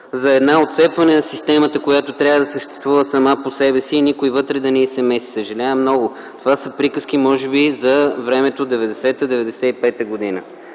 за отцепване на системата, която трябва да съществува сама по себе си и никой вътре да не й се меси. Съжалявам много, това са приказки може би за времето 1990-1995 г.